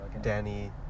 Danny